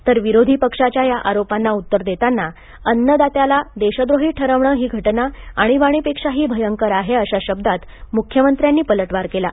तर विरोधी पक्षाच्या या आरोपांना उत्तर देताना अन्नदात्याला देशद्रोही ठरवणे ही घटना आणीबाणीपेक्षाही भयंकर आहे अशा शब्दात मुख्यमंत्र्यांनी पलटवार केला